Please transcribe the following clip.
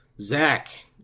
Zach